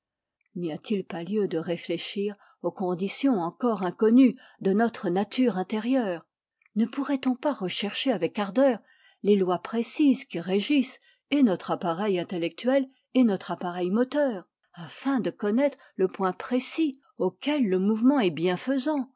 n'y a-t-il pas lieu de réfléchir aux conditions encore inconnues de notre nature intérieure ne pourrait-on pas rechercher avec ardeur les lois précises qui régissent et notre appareil intellectuel et notre appareil moteur afin de connaître le point précis auquel le mouvement est